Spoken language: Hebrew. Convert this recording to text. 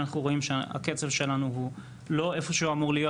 אנחנו רואים שהקצב שלנו הוא לא איפה שהוא אמור להיות.